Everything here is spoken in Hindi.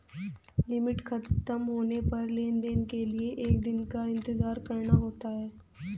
लिमिट खत्म होने पर लेन देन के लिए एक दिन का इंतजार करना होता है